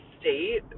state